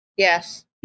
Yes